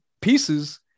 pieces